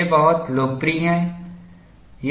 वे बहुत लोकप्रिय हैं